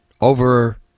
over